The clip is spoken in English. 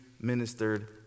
ministered